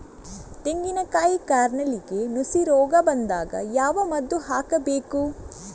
ತೆಂಗಿನ ಕಾಯಿ ಕಾರ್ನೆಲ್ಗೆ ನುಸಿ ರೋಗ ಬಂದಾಗ ಯಾವ ಮದ್ದು ಹಾಕಬೇಕು?